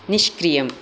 निष्क्रियम्